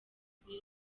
kuri